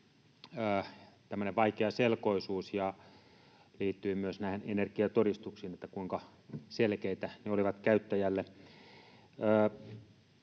vaikeaselkoisuus, ja se liittyi myös näihin energiatodistuksiin, kuinka selkeitä ne olivat käyttäjälle.